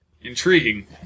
intriguing